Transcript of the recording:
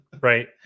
right